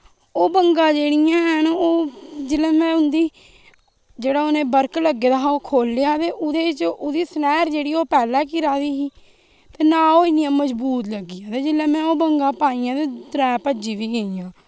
ओ बंगा जेह्ड़ियां न ओह् जेल्लै मैं उंदी जेह्ड़ा उनेई वर्क लगे दा हा ओह् खोलेया ते ओह्दे च ओह्दी सनैर जेह्ड़ी ऐ ओह् पैह्लै गे घिरा दी ही ते ना ओह् इनियां मजबूत लगी ते जोल्लै मैं ओ बंगा पाइयां ते त्रै भज्जी बी गेइयां